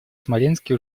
смоленске